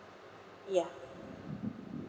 ya